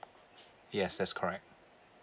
yes that's correct